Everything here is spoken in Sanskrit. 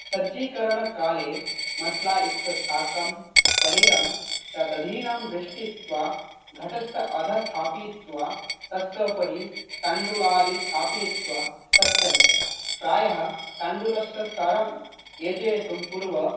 सज्जीकरणकाले मस्लायुक्तसाकं पनीरं च दधीनां वेष्टित्वा घटस्य अधः स्थापयित्वा तस्य उपरि तण्डुलादीन् स्थापयित्वा पच्यन्ते प्रायः तण्डुलस्य स्तरं योजयितुं पूर्वं